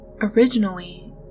Originally